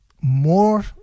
more